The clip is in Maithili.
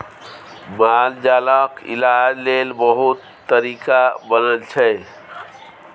मालजालक इलाज लेल बहुत तरीका बनल छै